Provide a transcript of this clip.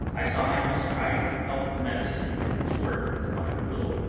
i saw i must try to help the medicine to its work with my will,